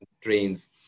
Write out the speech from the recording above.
trains